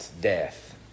death